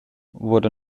wurde